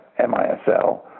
MISL